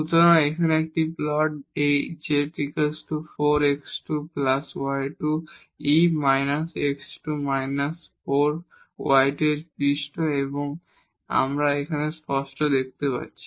সুতরাং এখানে একটি প্লট বা এই z 4 x2 y2 e − x2−4 y2 এর পৃষ্ঠ এবং আমরা এখানে স্পষ্ট দেখতে পাচ্ছি